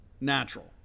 Natural